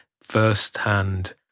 first-hand